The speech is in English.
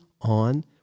on